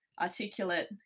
articulate